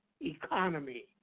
economy